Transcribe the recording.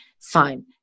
fine